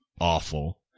awful